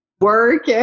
work